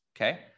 okay